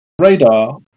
radar